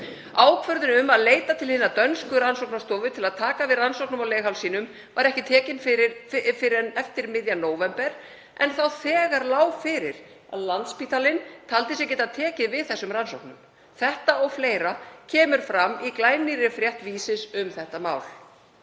Ákvörðun um að leita til hina dönsku rannsóknarstofu til að taka við rannsóknum á leghálssýnum var ekki tekin fyrr en eftir miðjan nóvember en þá þegar lá fyrir að Landspítalinn taldi sig geta tekið við þessum rannsóknum. Þetta og fleira kemur fram í glænýrri frétt Vísis um þetta mál.